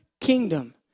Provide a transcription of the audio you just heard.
kingdom